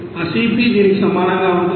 ఆ CP దీనికి సమానంగా ఉంటుంది